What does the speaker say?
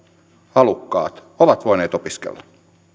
halukkaat ovat voineet opiskella